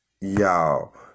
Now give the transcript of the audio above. y'all